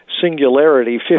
singularity